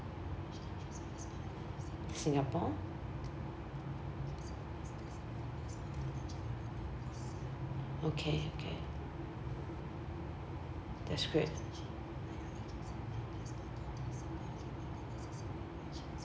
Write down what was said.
singapore okay okay that's great